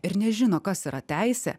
ir nežino kas yra teisė